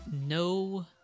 no